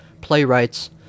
playwrights